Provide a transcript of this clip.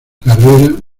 carrera